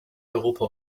europa